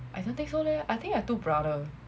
I don't think so leh I think I too brother